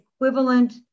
equivalent